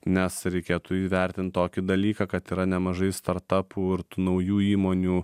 nes reikėtų įvertint tokį dalyką kad yra nemažai startapų ir tų naujų įmonių